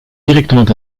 directement